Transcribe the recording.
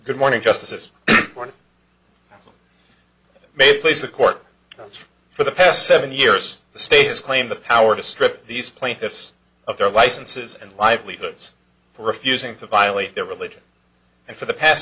good morning justices may place the court that's for the past seven years the state has claimed the power to strip these plaintiffs of their licenses and livelihoods for refusing to violate their religion and for the past